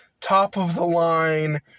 top-of-the-line